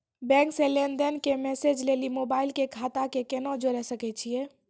Bank से लेंन देंन के मैसेज लेली मोबाइल के खाता के केना जोड़े सकय छियै?